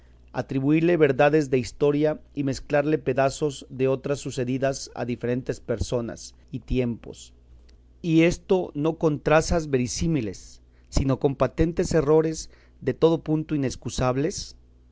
atribuirle verdades de historia y mezclarle pedazos de otras sucedidas a diferentes personas y tiempos y esto no con trazas verisímiles sino con patentes errores de todo punto inexcusables